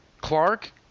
Clark